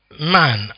man